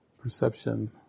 Perception